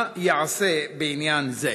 מה ייעשה בעניין זה,